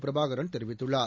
பிரபாகரன் தெரிவித்துள்ளார்